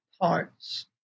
parts